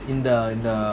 in the in the